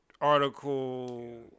article